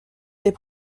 des